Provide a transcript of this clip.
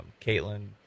Caitlin